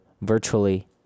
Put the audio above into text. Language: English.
virtually